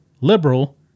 liberal